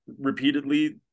repeatedly